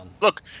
look